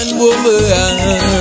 woman